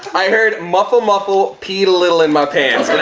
i heard muffle, muffle, peed a little in my pants.